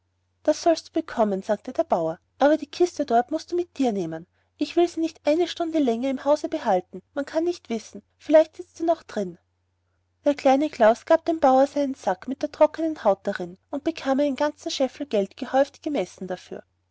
das sollst du bekommen sagte der bauer aber die kiste dort mußt du mit dir nehmen ich will sie nicht eine stunde länger im hause behalten man kann nicht wissen vielleicht sitzt er noch darin der kleine klaus gab dem bauer seinen sack mit der trocknen haut darin und bekam einen ganzen scheffel geld gehäuft gemessen dafür